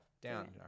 down